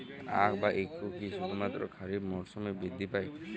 আখ বা ইক্ষু কি শুধুমাত্র খারিফ মরসুমেই বৃদ্ধি পায়?